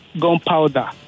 gunpowder